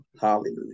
hallelujah